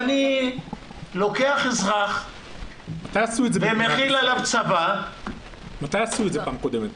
אני לוקח אזרח ומחיל עליו צבא --- מתי עשו את זה פעם קודמת?